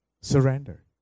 Surrender